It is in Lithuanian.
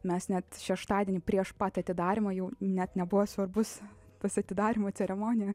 mes net šeštadienį prieš pat atidarymą jau net nebuvo svarbus tas atidarymo ceremonija